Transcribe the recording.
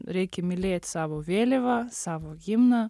reikia mylėt savo vėliavą savo himną